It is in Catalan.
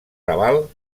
raval